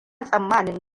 tsammanin